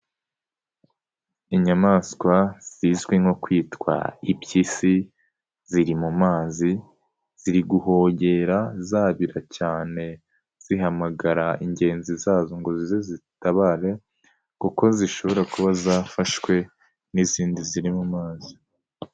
Inyamaswa zizwi nko kwitwa impyisi, ziri mu mazi, ziri guhogera zabira cyane zihamagara ingenzi zazo ngo zize zitabare kuko zishobora kuba zafashwe n'izindi ziri mu mazi.